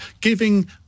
Giving